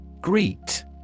Greet